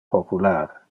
popular